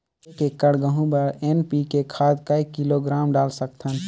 एक एकड़ गहूं बर एन.पी.के खाद काय किलोग्राम डाल सकथन?